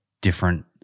different